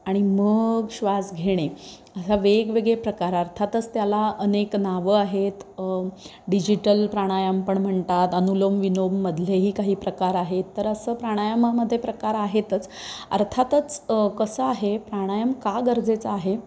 आणि मग श्वास घेणे असा वेगवेगळे प्रकार अर्थातच त्याला अनेक नावं आहेत डिजिटल प्राणायाम पण म्हणतात अनुलोम विलोम मधलेही काही प्रकार आहेत तर असं प्राणायामामध्ये प्रकार आहेतच अर्थातच कसं आहे प्राणायाम का गरजेचं आहे